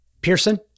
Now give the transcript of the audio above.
Pearson